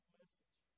message